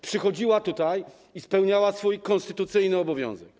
Przychodziła tutaj i spełniała swój konstytucyjny obowiązek.